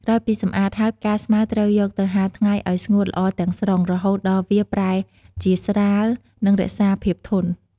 ក្រោយពីសម្អាតហើយ ផ្កាស្មៅត្រូវយកទៅហាលថ្ងៃឲ្យស្ងួតល្អទាំងស្រុង រហូតដល់វាប្រែជាស្រាល និងរក្សាភាពធន់។